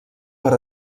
per